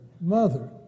mother